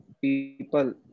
people